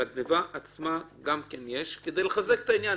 שלגניבה עצמה גם יש כדי לחזק את העניין.